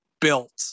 built